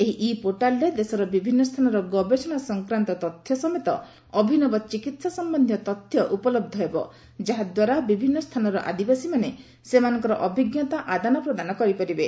ଏହି ଇ ପୋର୍ଟାଲରେ ଦେଶର ବିଭିନ୍ନ ସ୍ଥାନର ଗବେଷଣା ସଂକ୍ରାନ୍ତ ତଥ୍ୟ ସମେତ ଅଭିନବ ଚିକିତ୍ସା ସମ୍ବନ୍ଧୀୟ ତଥ୍ୟ ଉପଲବ୍ଧ ହେବ ଯାହାଦ୍ୱାରା ବିଭିନ୍ନ ସ୍ଥାନର ଆଦିବାସୀମାନେ ସେମାନଙ୍କର ଅଭିଜ୍ଞତା ଆଦାନ ପ୍ରଦାନ କରିପାରିବେ